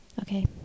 Okay